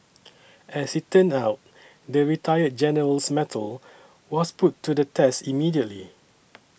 as it turned out the retired general's mettle was put to the test immediately